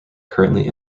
currently